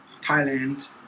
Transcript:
Thailand